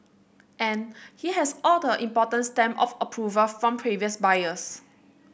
and he has all the importance stamp of approval from previous buyers